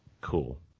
Cool